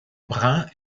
brin